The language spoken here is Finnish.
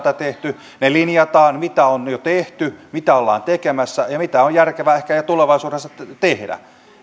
tehty ne linjataan mitä on jo tehty mitä ollaan tekemässä ja mitä on järkevää ehkä tulevaisuudessa tehdä